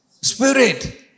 spirit